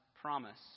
promise